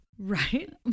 Right